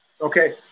Okay